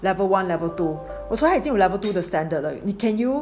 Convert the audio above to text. level one level two 我说她已经 level two 的 standard 了 can you